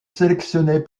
sélectionné